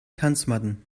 tanzmatten